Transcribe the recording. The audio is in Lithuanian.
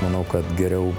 manau kad geriau